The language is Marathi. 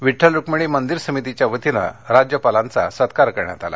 विठ्ठल रुक्मिणी मंदीर समितीच्या वतीनं राज्यपालांचा सत्कार करण्यात आला